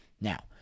Now